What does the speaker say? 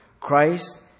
Christ